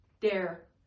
dare